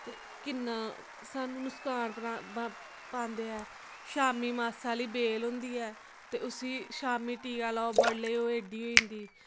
ते किन्ना सानूं नुसकान पांदे ऐ शामी मासा हारी बेल होंदी ऐ ते उसी शाम्मीं टीका लाओ बडलै गी ओह् एड्डी होई जंदी